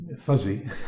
fuzzy